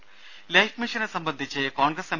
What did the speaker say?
രുര ലൈഫ്മിഷനെ സംബന്ധിച്ച് കോൺഗ്രസ് എം